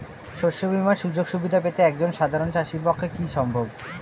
শস্য বীমার সুযোগ সুবিধা পেতে একজন সাধারন চাষির পক্ষে কি সম্ভব?